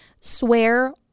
swear